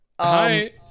Hi